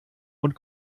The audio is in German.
und